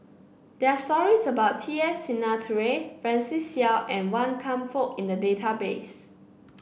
there are stories about T S Sinnathuray Francis Seow and Wan Kam Fook in the database